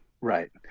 right